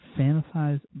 fantasize